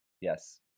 Yes